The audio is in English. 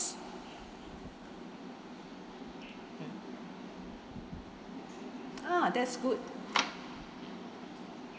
mm ah that's good